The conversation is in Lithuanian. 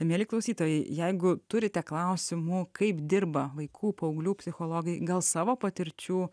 mieli klausytojai jeigu turite klausimų kaip dirba vaikų paauglių psichologai gal savo patirčių